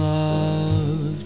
love